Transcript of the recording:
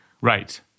Right